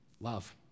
love